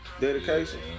Dedication